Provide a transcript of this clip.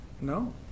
no